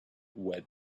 web